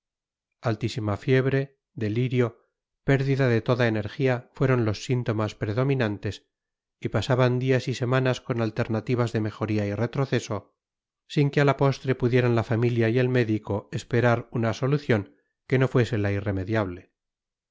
altísima fiebre delirio pérdida de toda energía fueron los síntomas predominantes y pasaban días y semanas con alternativas de mejoría y retroceso sin que a la postre pudieran la familia y el médico esperar una solución que no fuese la irremediable